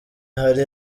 hari